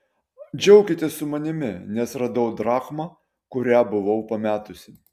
džiaukitės su manimi nes radau drachmą kurią buvau pametusi